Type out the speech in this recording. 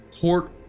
court